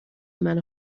منو